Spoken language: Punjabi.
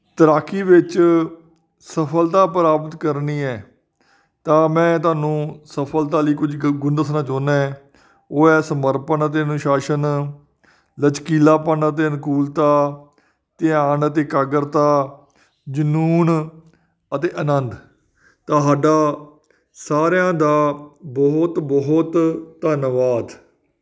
ਤੈਰਾਕੀ ਵਿੱਚ ਸਫਲਤਾ ਪ੍ਰਾਪਤ ਕਰਨੀ ਹੈ ਤਾਂ ਮੈਂ ਤੁਹਾਨੂੰ ਸਫਲਤਾ ਲਈ ਕੁਝ ਕੁ ਗੁਣ ਦੱਸਣਾ ਚਾਹੁੰਦਾ ਉਹ ਇਸ ਸਮਰਪਣ ਅਤੇ ਅਨੁਸ਼ਾਸਨ ਲਚਕੀਲਾਪਣ ਅਤੇ ਅਨੁਕੂਲਤਾ ਧਿਆਨ ਅਤੇ ਇਕਾਗਰਤਾ ਜਨੂੰਨ ਅਤੇ ਆਨੰਦ ਤਾਂ ਸਾਡਾ ਸਾਰਿਆਂ ਦਾ ਬਹੁਤ ਬਹੁਤ ਧੰਨਵਾਦ